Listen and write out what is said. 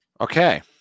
Okay